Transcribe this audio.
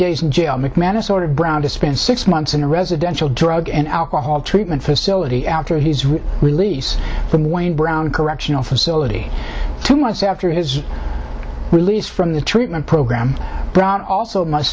days in jail mcmanus sort of brown to spend six months in a residential drug and alcohol treatment facility after his release from wayne brown correctional facility two months after his release from the treatment program grant also must